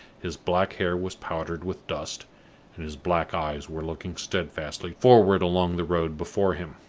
his black hair was powdered with dust, and his black eyes were looking steadfastly forward along the road before him.